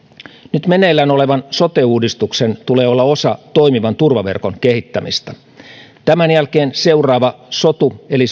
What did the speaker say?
nyt meneillään olevan sote uudistuksen tulee olla osa toimivan turvaverkon kehittämistä tämän jälkeen seuraava sotu eli